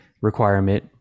requirement